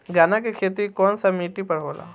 चन्ना के खेती कौन सा मिट्टी पर होला?